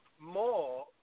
more